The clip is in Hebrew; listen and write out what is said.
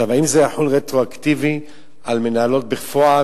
האם זה יחול רטרואקטיבית על מנהלות בפועל,